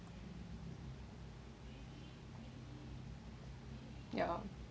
ya